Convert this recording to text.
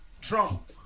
Trump